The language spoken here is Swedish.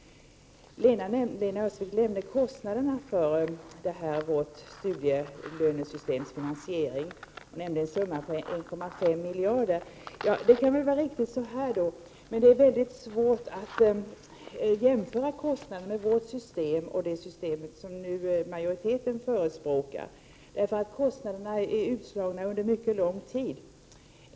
Lena Öhrsvik talade om finansieringskostnaderna för vårt studielönesystem. Hon nämnde en summa på 1,5 miljarder kronor. Det kan vara riktigt, men det är mycket svårt att jämföra kostnaderna för vårt system med kostnaderna för det system som majoriteten nu förespråkar, eftersom kostnaderna är utslagna över en mycket lång tid.